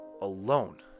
alone